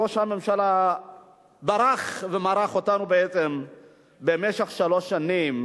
ראש הממשלה ברח ומרח אותנו במשך שלוש שנים